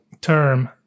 term